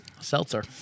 seltzer